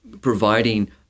providing